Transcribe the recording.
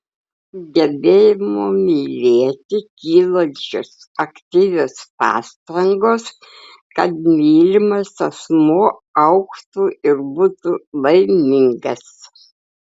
gebėjimo mylėti kylančios aktyvios pastangos kad mylimas asmuo augtų ir būtų laimingas